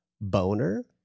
boner